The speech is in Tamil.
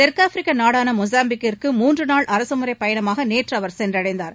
தெற்கு ஆப்பிரிக்க நாடான மொசாம்பிக்கிற்கு மூன்று நாள் அரசு முறை பயணமாக நேற்று அவர் சென்றடைந்தார்